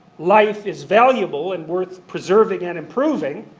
life is valuable and worth preserving and improving.